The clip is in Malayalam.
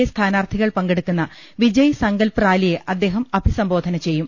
എ സ്ഥാനാർത്ഥികൾ പങ്കെടുക്കുന്ന വിജ യ്സങ്കൽപ് റാലിയെ അദ്ദേഹം അഭിസംബോധന ചെയ്യും